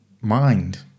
mind